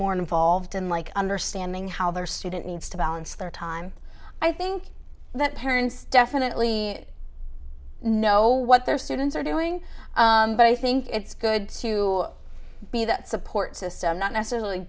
more involved in like understanding how their student needs to balance their time i think that parents definitely know what their students are doing but i think it's good to be that support system not necessarily